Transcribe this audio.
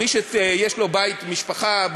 מי שיש לו בית רגיל,